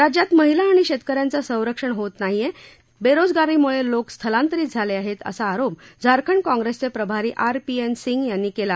राज्यात महिला आणि शेतकऱ्यांचं संरक्षण होत नाहीय बेरोजगारीमुळे लोक स्थलांतरित झाले आहेत असा आरोप झारखंड काँग्रेसचे प्रभारी आरपीएन सिंह यांनी केला